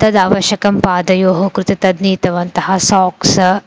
तद् आवश्यकं पादयोः कृते तद् नीतवन्तः साक्स्